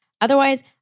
Otherwise